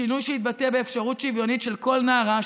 שינוי שיתבטא באפשרות שוויונית של כל נערה,